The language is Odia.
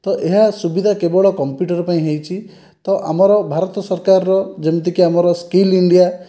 ତ ଏହା ସୁବିଧା କେବଳ କମ୍ପୁଟର ପାଇଁ ହେଇଛି ତ ଆମର ଭାରତ ସରକାରର ଯେମିତି ଆମର ସ୍କିଲ ଇଣ୍ଡିଆ